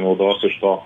naudos iš to